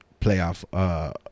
playoff